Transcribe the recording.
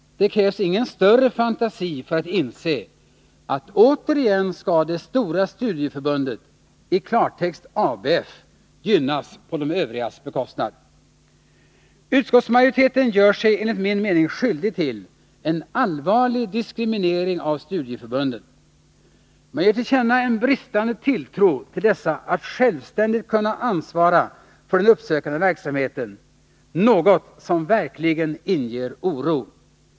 Det krävs ingen större fantasti för att inse att det stora studieförbundet, i klartext ABF, återigen skall gynnas på de övrigas bekostnad. Utskottsmajoriteten gör sig enligt min mening skyldig till en allvarlig diskriminering av studieförbunden. Man ger till känna en bristande tilltro till dessa att självständigt kunna ansvara för den uppsökande verksamheten, något som verkligen inger oro.